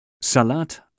Salat